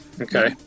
Okay